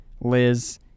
Liz